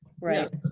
right